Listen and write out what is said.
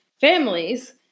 families